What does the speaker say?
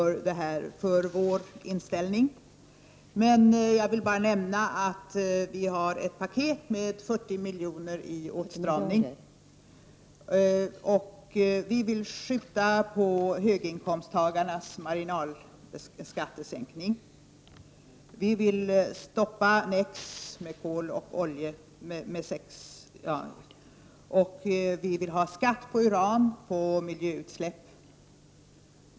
Flera andra kommer också att tala för vår inställning, men jag vill nämna att vi har ett åtstramningspaket på 40 miljarder kronor vi vill skjuta på höginkomsttagarnas marginalskattesänkning, stoppa NEX när det gäller kol och olja, och vi vill ha skatt på uran och på miljöutsläpp.